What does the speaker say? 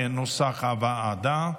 כנוסח הוועדה.